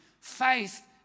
faith